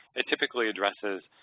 it typically addresses,